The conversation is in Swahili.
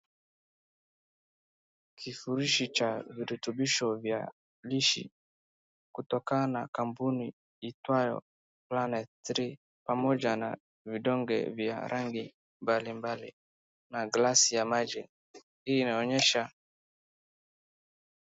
Kifurushi cha virutubisho vya lishe kutokana na kampuni iitwayo Planet Three pamoja na vidonge vya rangi mbalimbali na glasi ya maji. Hii inaonyesha.